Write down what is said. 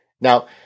Now